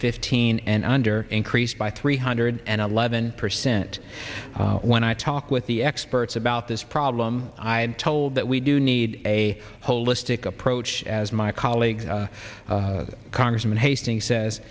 fifteen and under increased by three hundred and eleven percent when i talk with the experts about this problem i had told that we do need a holistic approach as my colleague congressman hastings says